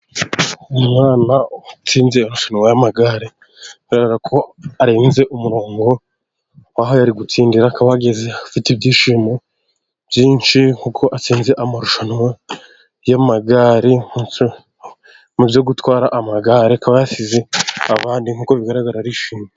Umwana utsinze irushanwar y'amagare bigaragara ko arenze umurongo aho yari gutsindira akaba yahageze afite ibyishimo byinshi kuko atsinze amarushanwa y'amagare mu byo gutwara amagare akaba yasize abandi nkuko bigaragara arishimye.